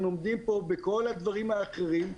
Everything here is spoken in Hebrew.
ואנחנו עומדים פה בכל הדברים האחרים,